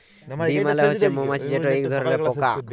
bee মালে হছে মমাছি যেট ইক ধরলের পকা